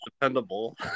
dependable